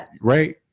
right